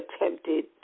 attempted